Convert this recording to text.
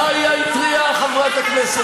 אין לך בושה?